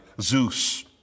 Zeus